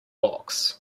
box